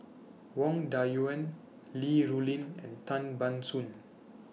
Wang Dayuan Li Rulin and Tan Ban Soon